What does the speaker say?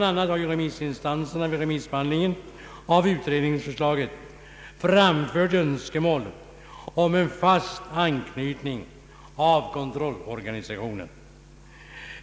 a. har ju remissinstanserna vid remissbehandlingen av utredningsförslaget framfört önskemål om en fast anknytning av kontrollorganisationen.